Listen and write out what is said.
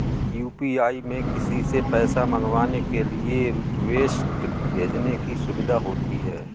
UPI में किसी से पैसा मंगवाने के लिए रिक्वेस्ट भेजने की सुविधा होती है